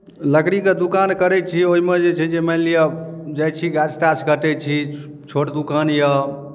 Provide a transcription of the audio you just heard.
लकड़ीके दोकान करै छियै ओहिमे जे छै जे मानि लिअ जाइ छी गाछ ताछ कटै छी छोट दोकान यए